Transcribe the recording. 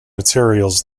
materials